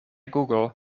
google